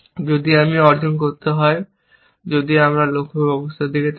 যদি আমি অর্জন করতে হয় যদি আমরা লক্ষ্য অবস্থার দিকে তাকাই